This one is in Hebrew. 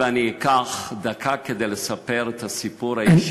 אני אקח דקה כדי לספר את הסיפור האישי,